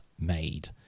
made